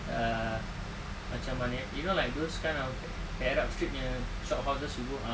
err macam mana eh you know like those kind of arab street punya shophouses you go ah